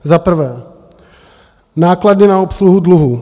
Za prvé, náklady na obsluhu dluhu.